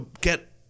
get